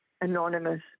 anonymous